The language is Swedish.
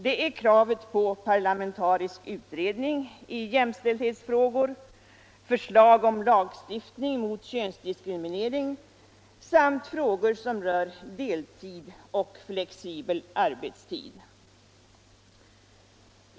Det är kravet på parlamentarisk utredning i jämställdhetsfrågor, förslag om lagstiftning mot könsdiskriminering samt frågor som rör deltid och flexibel arbetstid.